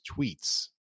tweets